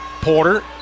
Porter